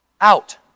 out